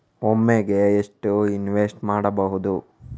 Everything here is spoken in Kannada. ಒಮ್ಮೆಗೆ ಎಷ್ಟು ಇನ್ವೆಸ್ಟ್ ಮಾಡ್ಬೊದು?